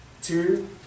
Two